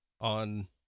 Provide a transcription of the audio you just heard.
on